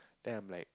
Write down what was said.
then I'm like